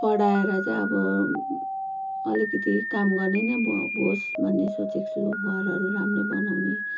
पढाएर चाहिँ अब अलिकति काम गर्ने नै होस् भन्ने सोचेको छु घरहरू राम्रो बनाउने